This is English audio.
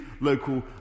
local